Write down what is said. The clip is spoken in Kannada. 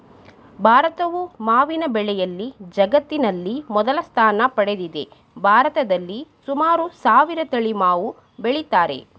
ಭಾರತವು ಮಾವಿನ ಬೆಳೆಯಲ್ಲಿ ಜಗತ್ತಿನಲ್ಲಿ ಮೊದಲ ಸ್ಥಾನ ಪಡೆದಿದೆ ಭಾರತದಲ್ಲಿ ಸುಮಾರು ಸಾವಿರ ತಳಿ ಮಾವು ಬೆಳಿತಾರೆ